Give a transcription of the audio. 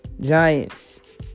Giants